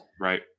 Right